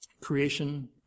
creation